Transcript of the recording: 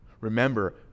Remember